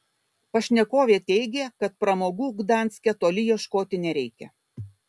pašnekovė teigė kad pramogų gdanske toli ieškoti nereikia